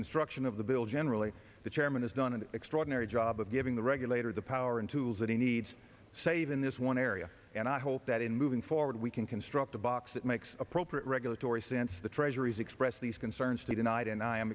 construction of the bill generally the chairman has done an extraordinary job of giving the regulator the power and tools that he needs to save in this one area and i hope that in moving forward we can construct a box that makes appropriate regulatory sense the treasury's expressed these concerns tonight and i am